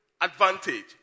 advantage